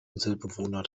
inselbewohner